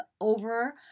over